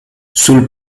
sul